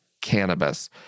cannabis